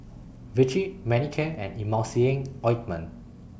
Vichy Manicare and Emulsying Ointment